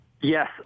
Yes